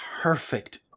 perfect